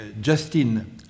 Justin